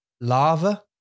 Lava